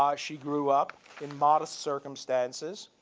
ah she grew up in modest circumstances.